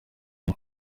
ibi